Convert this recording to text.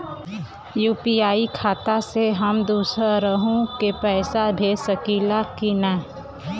UPI खाता से हम दुसरहु के पैसा भेज सकीला की ना?